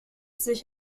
sich